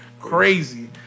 crazy